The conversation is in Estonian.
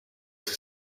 siis